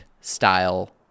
style